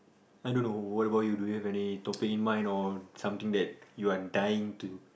I don't know what about you do you have any topic in mind or something that you are dying to